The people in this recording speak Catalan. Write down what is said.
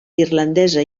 irlandesa